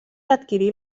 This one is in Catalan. adquirir